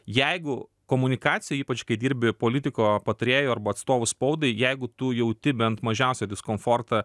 jeigu komunikacija ypač kai dirbi politiko patarėju arba atstovu spaudai jeigu tu jauti bent mažiausią diskomfortą